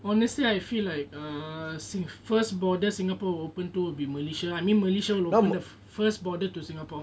honestly I feel like err first border singapore will open to will be malaysia ah I mean malaysia will open the first border to singapore